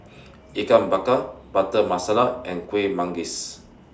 Ikan Bakar Butter Masala and Kuih Manggis